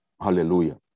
Hallelujah